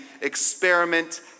experiment